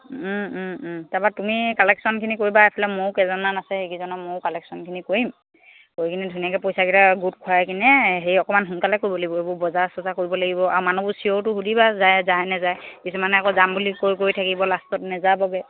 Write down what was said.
তাৰপৰা তুমি কালেকশ্যনখিনি কৰিবা এইফালে ময়ো কেইজনমান আছে সেইকেইজনৰ ময়ো কালেকশ্য়নখিনি কৰিম কৰি কিনে ধুনীয়াকৈ পইচাকেইটা গোট খোৱাই কিনে হেৰি অকণমান সোনকালে কৰিব লাগিব এইবোৰ বজাৰ চজাৰ কৰিব লাগিব আৰু মানুহবোৰ চিয়'ৰটো সুুধিবা যায় যায় নাযায় কিছুমানে আকৌ যাম বুলি কৈ কৈ থাকিব লাষ্টত নাযাবগৈ